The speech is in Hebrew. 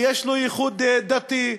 ויש לו ייחוד דתי,